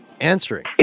answering